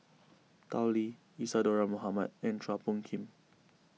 Tao Li Isadhora Mohamed and Chua Phung Kim